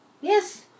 Yes